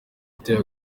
ateye